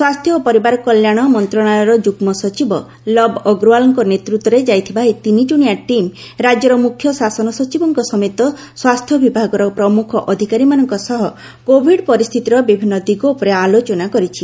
ସ୍ୱାସ୍ଥ୍ୟ ଓ ପରିବାର କଲ୍ୟାଣ ମନ୍ତ୍ରଶାଳୟର ଯୁଗ୍ମ ସଚିବ ଲବ୍ ଅଗ୍ରଓ୍ୱାଲଙ୍କ ନେତୃତ୍ୱରେ ଯାଇଥିବା ଏହି ତିନିକ୍ଷଣିଆ ଟିମ୍ ରାଜ୍ୟର ମୁଖ୍ୟ ଶାସନ ସଚିବଙ୍କ ସମେତ ସ୍ୱାସ୍ଥ୍ୟ ବିଭାଗର ପ୍ରମୁଖ ଅଧିକାରୀମାନଙ୍କ ସହ କୋଭିଡ୍ ପରିସ୍ଥିତିର ବିଭିନ୍ନ ଦିଗ ଉପରେ ଆଲୋଚନା କରିଛି